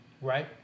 Right